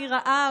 מי ראה,